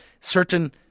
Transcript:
certain